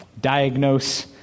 diagnose